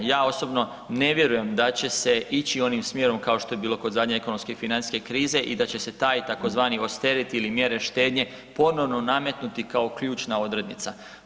Ja osobno ne vjerujem da će se ići onim smjerom kao što je bilo kod zadnje ekonomske i financijske krize i da će se taj tzv. osteriti ili mjere štednje ponovno nametnuti kao ključna odrednica.